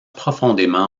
profondément